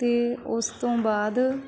ਅਤੇ ਉਸ ਤੋਂ ਬਾਅਦ